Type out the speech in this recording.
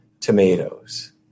tomatoes